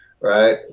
right